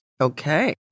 Okay